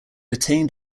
attained